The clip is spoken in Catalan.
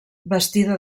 bastida